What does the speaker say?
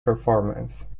performance